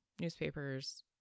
newspapers